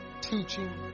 teaching